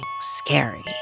scary